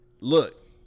Look